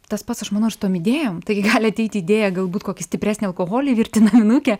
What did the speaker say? tas pats aš manau ir su tom idėjom taigi gali ateiti idėja galbūt kokį stipresnį alkoholį virti naminukę